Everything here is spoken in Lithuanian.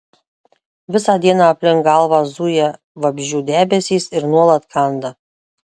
visą dieną aplinkui galvą zuja vabzdžių debesys ir nuolat kanda